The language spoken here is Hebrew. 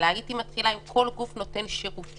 אלא הייתי מתחילה עם כל גוף שנותן שירותים